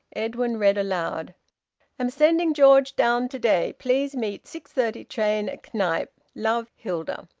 edwin read, aloud am sending george down to-day. please meet six thirty train at knype. love. hilda.